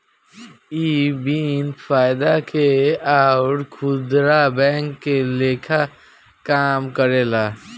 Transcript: इ बिन फायदा के अउर खुदरा बैंक के लेखा काम करेला